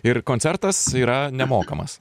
ir koncertas yra nemokamas